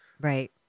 right